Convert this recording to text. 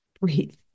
breathe